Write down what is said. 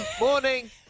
morning